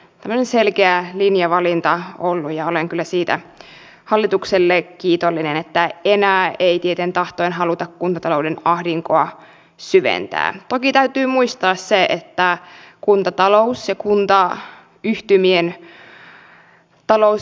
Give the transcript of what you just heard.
ne on selkeä linjavalinta oli käytännössä tämä tulee tarkoittamaan sitä että nämä muutokset pakottavat matkustajat turvautumaan yhä useammin yksityisautoiluun sillä osalla nykyisistä yhteysväleistä bussiliikenne on käytännöllisesti katsoen olematonta